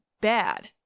bad